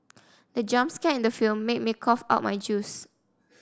the jump scare in the film made me cough out my juice